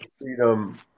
freedom